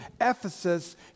Ephesus